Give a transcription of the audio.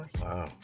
Wow